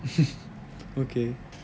okay